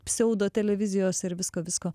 pseudotelevizijos ir visko visko